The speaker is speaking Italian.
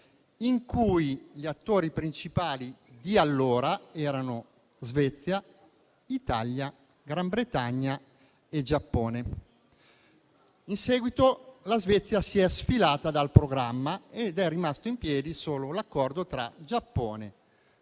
in cui gli attori principali di allora erano Svezia, Italia, Gran Bretagna e Giappone. In seguito, la Svezia si è sfilata dal programma ed è rimasto in piedi solo l'accordo tra Giappone,